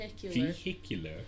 Vehicular